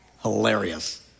hilarious